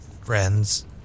friends